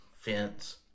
fence